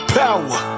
power